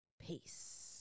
Peace